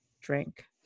drink